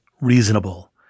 reasonable